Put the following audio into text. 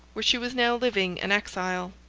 where she was now living an exile.